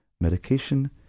Medication